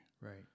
Right